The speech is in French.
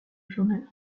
journal